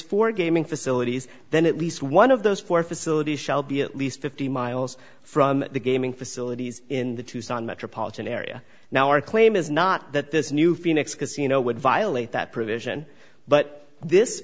for gaming facilities then at least one of those four facilities shall be at least fifty miles from the gaming facilities in the tucson metropolitan area now our claim is not that this new phoenix casino would violate that provision but this